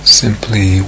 simply